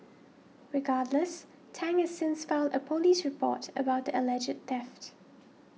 regardless Tang has since filed a police report about the alleged theft